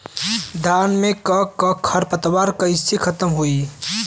धान में क खर पतवार कईसे खत्म होई?